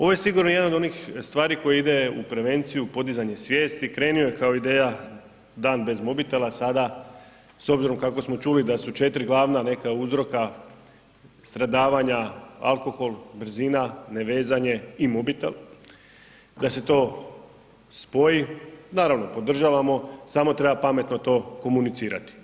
Ovo je sigurno jedna od onih stvari koja ide u prevenciju, podizanje svijesti, krenuo je kao ideja Dan bez mobitela a sada s obzirom kako smo čuli da su 4 glavna neka uzroka stradavanja alkohol, brzina, ne vezanje i mobitel da se to spoji, naravno podržavamo samo treba pametno to komunicirati.